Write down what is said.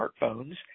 smartphones